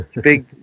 big